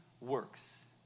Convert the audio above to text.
works